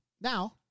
Now